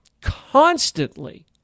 constantly